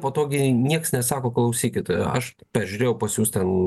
patogiai niekas nesako klausykit aš pažiūrėjau pas jus ten